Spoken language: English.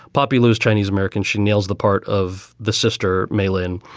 poppy lous, chinese-american, shin neill's the part of the sister meilin.